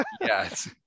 Yes